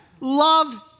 Love